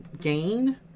gain